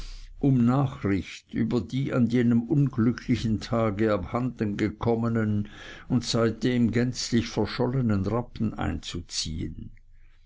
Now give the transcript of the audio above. um nachricht über die an jenem unglücklichen tage abhanden gekommenen und seitdem gänzlich verschollenen rappen einzuziehn